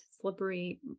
slippery